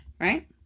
right